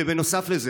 ובנוסף לזה,